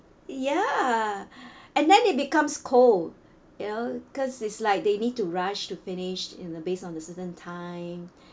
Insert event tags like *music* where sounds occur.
ya *breath* and then it becomes cold you know cause it's like they need to rush to finish you know based on the certain time